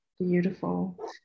Beautiful